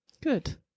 Good